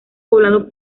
poblado